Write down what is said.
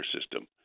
system